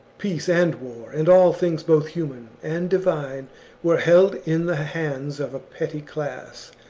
peace and war, and all things both human and divine were held in the hands of a petty class,